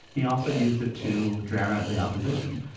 he also used it to drown out the opposition.